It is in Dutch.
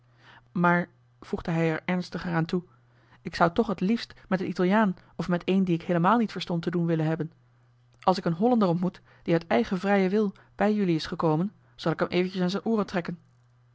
maar voegde hij er ernstiger aan toe ik zou toch het liefst met een italiaan of met een dien ik heelemaal niet verstond te doen willen hebben als ik een hollander ontmoet die uit eigen vrijen wil bij jelui is gekomen zal ik hem eventjes aan z'n ooren trekken